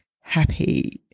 happy